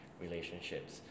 relationships